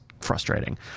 frustrating